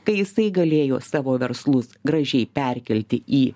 kai jisai galėjo savo verslus gražiai perkelti į